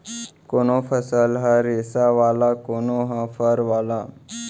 कोनो फसल ह रेसा वाला, कोनो ह फर वाला